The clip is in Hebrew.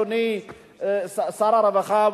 אדוני שר הרווחה,